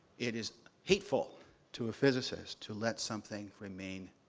it is hateful to a physicist to let something remain